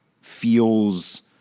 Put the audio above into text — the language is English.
feels